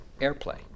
airplay